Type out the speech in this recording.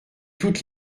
toutes